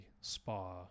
spa